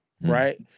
right